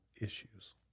issues